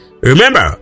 Remember